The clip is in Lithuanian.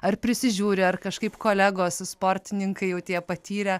ar prisižiūri ar kažkaip kolegos sportininkai jau tie patyrę